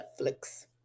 Netflix